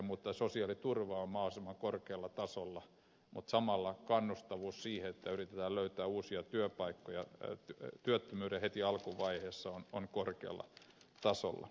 sosiaaliturva on mahdollisimman korkealla tasolla mutta samalla kannustavuus siihen että yritetään löytää uusia työpaikkoja heti työttömyyden alkuvaiheessa on korkealla tasolla